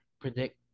predict